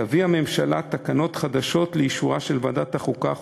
תביא הממשלה תקנות חדשות לאישורה של ועדת החוקה,